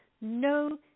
no